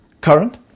current